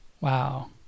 Wow